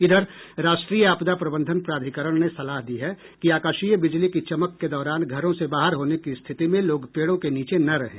इधर राष्ट्रीय आपदा प्रबंधन प्राधिकरण ने सलाह दी है कि आकाशीय बिजली की चमक के दौरान घरों से बाहर होने की स्थिति में लोग पेड़ों के नीचे न रहें